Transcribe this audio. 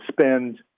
spend